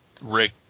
rick